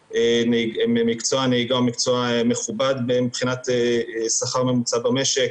מקצוע הנהיגה הוא מקצוע מכובד מבחינת השכר הממוצע במשק.